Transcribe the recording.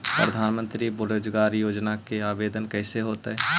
प्रधानमंत्री बेरोजगार योजना के आवेदन कैसे होतै?